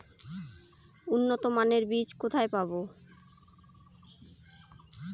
উন্নতমানের বীজ কোথায় পাব?